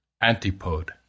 Antipode